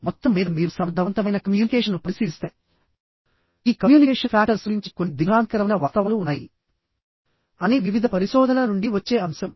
మొత్తం మీద మీరు సమర్థవంతమైన కమ్యూనికేషన్ను పరిశీలిస్తే ఈ కమ్యూనికేషన్ ఫ్యాక్టర్స్ గురించి కొన్ని దిగ్భ్రాంతికరమైన వాస్తవాలు ఉన్నాయి అని వివిధ పరిశోధనల నుండి వచ్చే అంశం